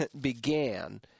began